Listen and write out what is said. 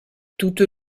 toutes